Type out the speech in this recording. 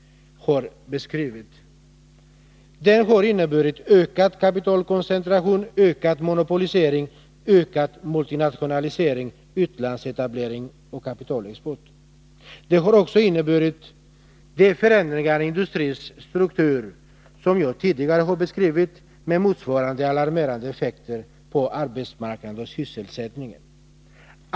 Den har inneburit ökad kapitalkoncentration, ökad monopolisering, ökad multinationalisering, utlandsetablering och kapitalexport. Den har också inneburit de förändringar i industrins struktur som jag tidigare beskrivit, med motsvarande alarmerande effekter på arbetsmarknaden och sysselsättningen.